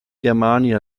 germania